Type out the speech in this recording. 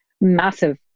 massive